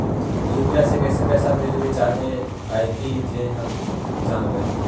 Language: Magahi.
यु.पी.आई से कैसे पैसा भेजबय चाहें अइतय जे हम जानबय?